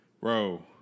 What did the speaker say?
Bro